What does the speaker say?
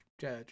Judge